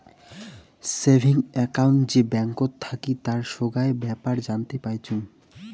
savings account যে ব্যাঙ্কত থাকি তার সোগায় বেপার জানতে পাইচুঙ